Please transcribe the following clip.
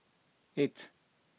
eight